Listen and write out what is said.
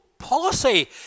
Policy